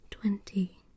Twenty